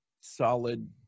solid –